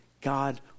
God